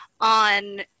On